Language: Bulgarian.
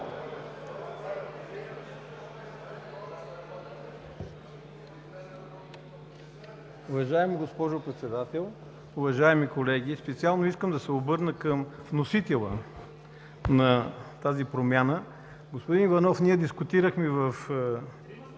Уважаеми госпожо Председател, уважаеми колеги, специално искам да се обърна към вносителя на тази промяна. Господин Иванов, ние дискутирахме в